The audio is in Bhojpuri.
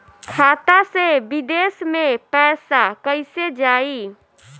खाता से विदेश मे पैसा कईसे जाई?